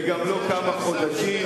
וגם לא כמה חודשים.